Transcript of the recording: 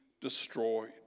destroyed